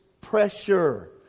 pressure